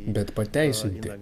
bet pateisinti